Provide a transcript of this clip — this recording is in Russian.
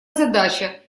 задача